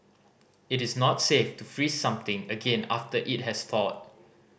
it is not safe to freeze something again after it has thawed